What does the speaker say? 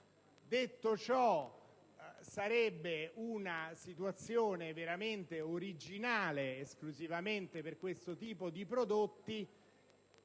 Detto ciò, sarebbe una situazione veramente originale, esclusivamente per questo tipo di prodotti,